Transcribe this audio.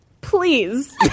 Please